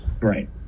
Right